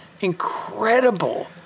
incredible